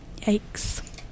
Yikes